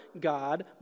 God